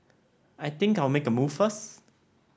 I think I'll make a move first